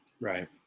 right